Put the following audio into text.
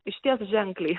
išties ženkliai